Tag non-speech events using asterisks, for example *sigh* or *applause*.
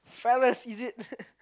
fellas is it *laughs*